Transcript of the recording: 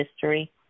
history